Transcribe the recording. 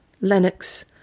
Lennox